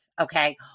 okay